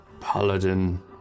Paladin